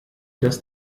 das